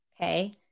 okay